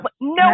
no